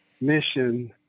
mission